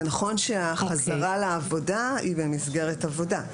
זה נכון שהחזרה לעבודה היא במסגרת עבודה,